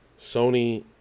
Sony